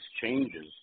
changes